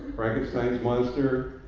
frankenstein's monster,